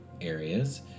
areas